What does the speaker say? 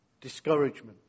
Discouragement